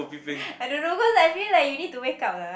I don't know cause I feel like you need to wake up lah